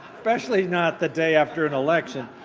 especially not the day after an election.